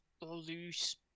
loose